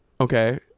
Okay